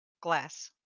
glass